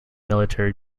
military